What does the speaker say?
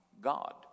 God